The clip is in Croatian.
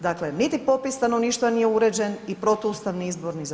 Dakle, niti popis stanovništva nije uređen i Protuustavni izborni zakon.